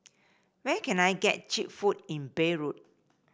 where can I get cheap food in Beirut